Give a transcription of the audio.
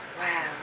Wow